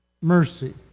mercy